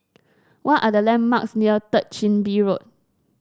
what are the landmarks near Third Chin Bee Road